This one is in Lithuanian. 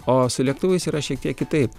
o su lėktuvais yra šiek tiek kitaip